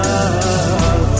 Love